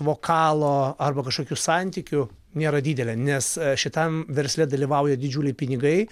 vokalo arba kažkokių santykių nėra didelė nes šitam versle dalyvauja didžiuliai pinigai